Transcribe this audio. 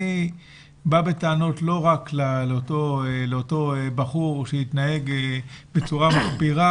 אני בא בטענות לא רק לאותו בחור שהתנהג בצורה מחפירה,